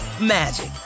magic